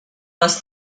les